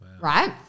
Right